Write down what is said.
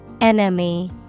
Enemy